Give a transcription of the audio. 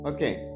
Okay